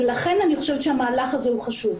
ולכן אני חושבת שבמהלך הזה הוא חשוב.